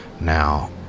now